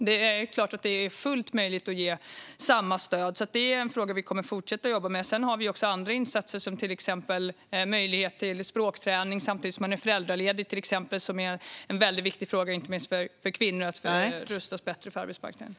Det är klart att det är fullt möjligt att ge samma stöd, så det här är en fråga vi kommer att fortsätta att jobba med. Vi har också andra insatser, till exempel möjlighet till språkträning samtidigt som man är föräldraledig. Det är en viktig fråga, inte minst för kvinnor, när det gäller att rustas bättre för arbetsmarknaden.